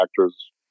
actors